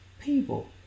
people